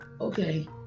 okay